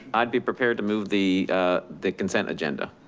i'd be prepared to move the the consent agenda.